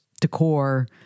decor